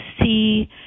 see